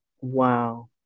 Wow